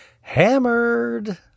hammered